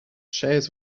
shares